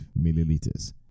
milliliters